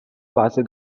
base